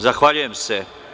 Zahvaljujem se.